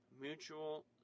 mutual